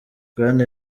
bwana